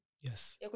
Yes